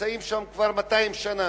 שנמצאים שם כבר 200 שנה.